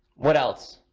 what else?